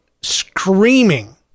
Screaming